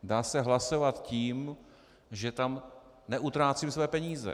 Dá se hlasovat tím, že tam neutrácím své peníze.